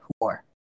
war